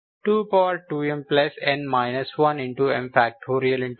Am1 1m2mnx2mn22mn 1m